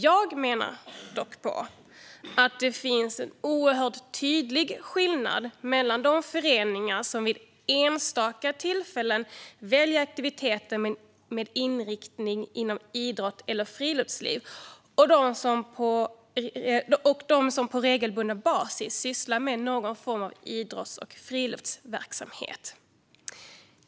Jag menar dock att det finns en oerhört tydlig skillnad mellan föreningar som vid enstaka tillfällen väljer aktiviteter med inriktning inom idrott eller friluftsliv och dem som på regelbunden basis sysslar med någon form av idrotts eller friluftsverksamhet.